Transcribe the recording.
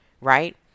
right